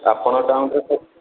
ଆପଣ ଚାହୁଁଛନ୍ତି